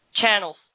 channels